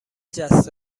جست